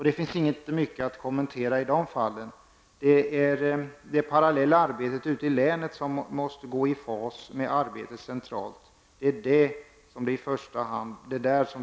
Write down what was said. Det finns inte mycket att kommentera i detta sammanhang. Det är det parallella arbetet ute i länen som måste gå i fas med arbetet centralt. Det är där som det i första hand brister.